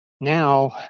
now